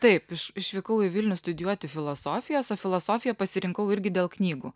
taip iš išvykau į vilnių studijuoti filosofijos o filosofiją pasirinkau irgi dėl knygų